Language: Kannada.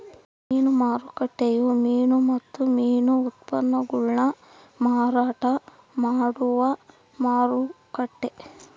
ಮೀನು ಮಾರುಕಟ್ಟೆಯು ಮೀನು ಮತ್ತು ಮೀನು ಉತ್ಪನ್ನಗುಳ್ನ ಮಾರಾಟ ಮಾಡುವ ಮಾರುಕಟ್ಟೆ